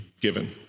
given